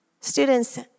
students